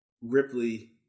Ripley